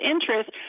interest